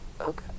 Okay